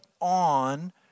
on